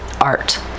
art